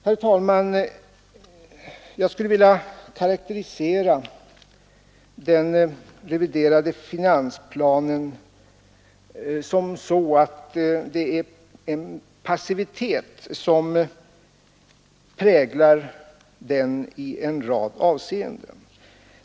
Herr talman! Jag skulle sammanfattningsvis vilja karakterisera den reviderade finansplanen så, att den präglas av passivitet i en rad avseenden.